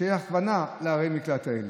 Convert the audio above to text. שתהיה הכוונה לערי המקלט האלה.